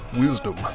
wisdom